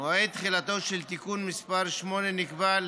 לא צעצוע.